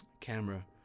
camera